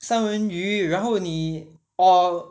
三文鱼然后你 or